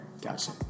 Gotcha